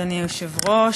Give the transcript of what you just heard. אדוני היושב-ראש,